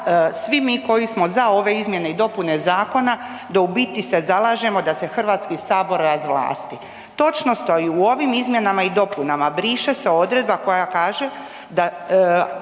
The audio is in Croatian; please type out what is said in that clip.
svi mi koji smo za ove izmjene i dopune zakona, da u biti se zalažemo da se Hrvatski sabor razvlasti. Točnost a i u ovim izmjenama i dopunama briše se odredba koja kaže da